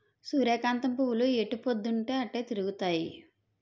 సూర్యకాంతం పువ్వులు ఎటుపోద్దున్తీ అటే తిరుగుతాయి